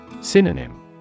Synonym